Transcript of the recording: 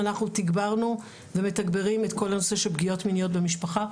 אנחנו תיגברנו ומתגברים את כל הנושא של פגיעות מיניות במשפחה.